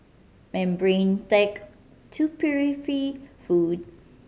membrane tech to purify food